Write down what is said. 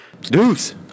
Deuce